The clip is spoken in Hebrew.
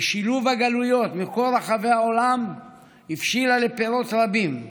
ששילוב הגלויות בכל רחבי העולם הבשיל לפירות רבים,